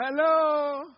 Hello